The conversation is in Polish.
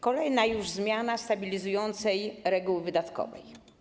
Kolejna już zmiana stabilizującej reguły wydatkowej.